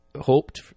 hoped